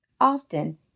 Often